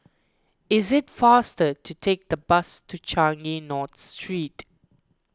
is it faster to take the bus to Changi North Street